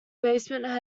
basement